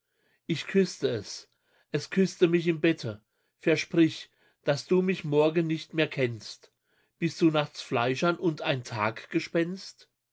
ich küßte es es küßte mich im bette versprich daß du mich morgen nicht mehr kennst bist du nachts fleischern und ein taggespenst